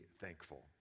thankful